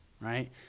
right